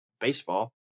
Baseball